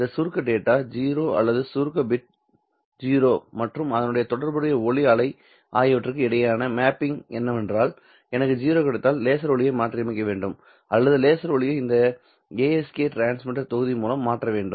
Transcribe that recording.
அந்த சுருக்க டேட்டா 0 அல்லது சுருக்க பிட் 0 மற்றும் அதனுடன் தொடர்புடைய ஒளி அலை ஆகியவற்றுக்கு இடையேயான மேப்பிங் என்னவென்றால் எனக்கு 0 கிடைத்தால் லேசர் ஒளியை மாற்றியமைக்க வேண்டும் அல்லது லேசர் ஒளியை இந்த ASK டிரான்ஸ்மிட்டர் தொகுதி மூலம் மாற்ற வேண்டும்